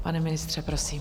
Pane ministře, prosím.